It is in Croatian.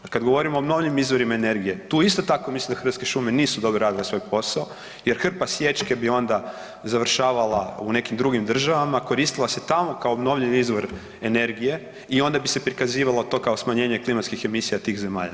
A kada govorimo o novim izvorima energije tu isto tako mislim da Hrvatske šume nisu odradile svoj posao jer hrpa sječke bi onda završavala u nekim drugim državama, koristila se tamo kao obnovljivi izvor energije i onda bi se prikazivalo to kao smanjenje klimatskih emisija tih zemalja.